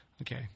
Okay